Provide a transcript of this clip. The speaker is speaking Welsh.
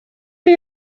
chi